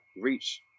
reach